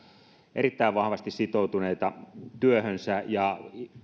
erittäin vahvasti sitoutuneita työhönsä ja